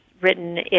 written